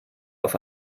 auf